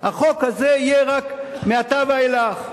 והחוק הזה יהיה רק מעתה ואילך,